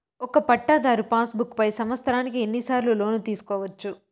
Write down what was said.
ఒక పట్టాధారు passbook పై సంవత్సరానికి ఎన్ని సార్లు లోను తీసుకోవచ్చు?